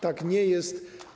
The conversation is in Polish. Tak nie jest.